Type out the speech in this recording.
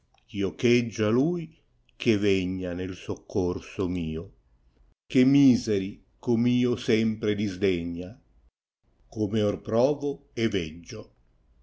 io cheggio a lui che vegna nel toocorso mio che miserf com io sempre disdegnac come or provo e veggio